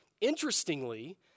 Interestingly